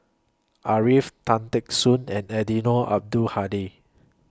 Arifin Tan Teck Soon and Eddino Abdul Hadi